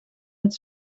het